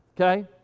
okay